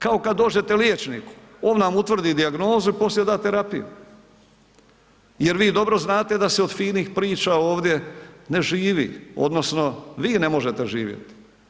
Kao kad dođete liječniku, on nam utvrdi dijagnozu i poslije da terapiju jer vi dobro znate da se od finih priča ovdje ne živi odnosno vi ne možete živjeti.